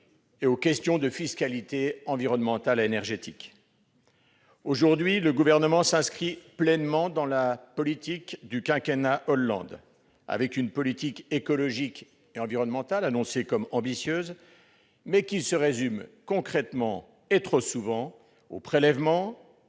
et aux questions de fiscalité environnementale et énergétique. Aujourd'hui, le Gouvernement s'inscrit pleinement dans la lignée du quinquennat Hollande : une politique écologique et environnementale présentée comme ambitieuse, mais qui se résume, concrètement et trop souvent, aux prélèvements,